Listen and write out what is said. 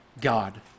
God